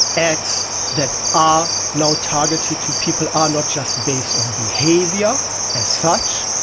ads that are now targeted to people are not just based on behaviour as such,